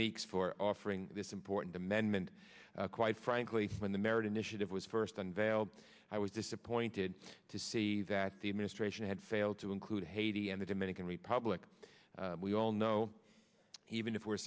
meeks for offering this important amendment quite frankly when the merit initiative was first unveiled i was disappointed to see that the administration had failed to include haiti and the dominican republic we all know even if we're